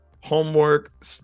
homework